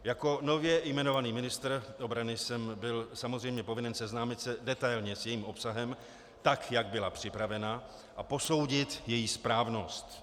Jako nově jmenovaný ministr obrany jsem byl samozřejmě povinen seznámit se detailně s jejím obsahem, tak jak byla připravena, a posoudit její správnost.